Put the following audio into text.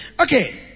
Okay